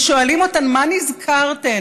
ושואלים אותן: מה נזכרתן?